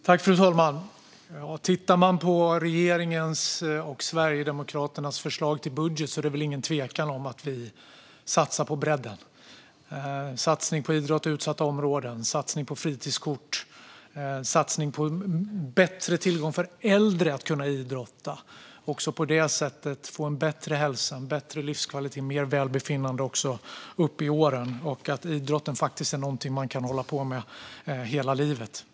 Fru talman! Om man tittar på regeringens och Sverigedemokraternas förslag till budget ser man att det inte är någon tvekan om att vi satsar på bredden. Det är satsningar på idrott i utsatta områden, på fritidskort och på bättre tillgång för äldre till idrott så att de på det sättet kan få bättre hälsa, större livskvalitet och mer välbefinnande också uppåt i åren. Idrott är faktiskt något man kan hålla på med hela livet.